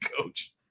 coach